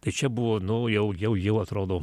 tai čia buvo nu jau jau jau atrodo